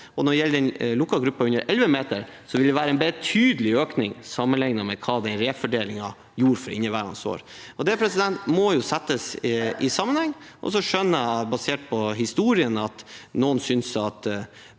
og når det gjelder den lukkede gruppen under 11 meter, ville det være en betydelig økning sammenlignet med hva den refordelingen gjorde for inneværende år. Det må jo settes i sammenheng. Jeg skjønner, basert på historien, at noen synes at